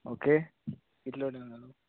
okay